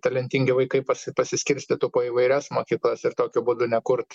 talentingi vaikai pasi pasiskirstytų po įvairias mokyklas ir tokiu būdu nekurt